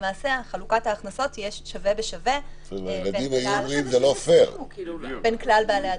למעשה חלוקת ההכנסות תהיה שווה בשווה בין כלל הדיירים.